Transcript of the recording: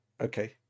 Okay